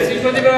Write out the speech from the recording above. הוא מסיים.